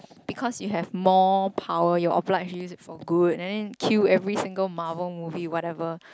because you have more power you're obliged to use it for good and then kill every single Marvel movie whatever